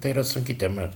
tai yra sunki tema